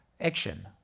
action